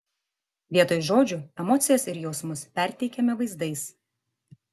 vietoj žodžių emocijas ir jausmus perteikiame vaizdais